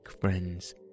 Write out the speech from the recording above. friends